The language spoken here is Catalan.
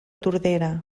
tordera